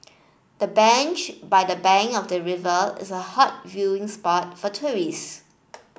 the bench by the bank of the river is a hot viewing spot for tourists